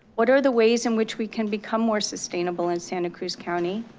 what are the ways in which we can become more sustainable in santa cruz county?